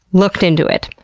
looked into it!